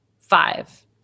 Five